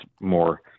more